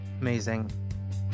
amazing